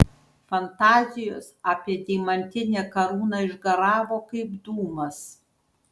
fantazijos apie deimantinę karūną išgaravo kaip dūmas